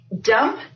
dump